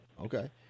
Okay